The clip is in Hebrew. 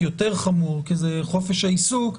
יותר חמור כי זה חופש העיסוק,